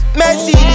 messy